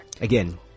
Again